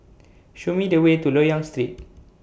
Show Me The Way to Loyang Street